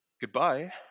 Goodbye